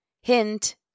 Hint